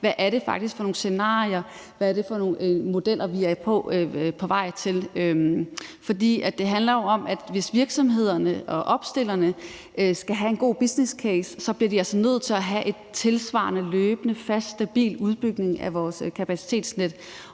hvad det er for nogle scenarier, og hvad det er for nogle modeller, vi er på vej hen til. For det handler jo om, at virksomhederne og opstillerne, hvis de skal have en god businesscase, så bliver nødt til at have en tilsvarende løbende fast og stabil udbygning af kapacitetsnettet,